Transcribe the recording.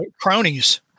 cronies